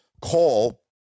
call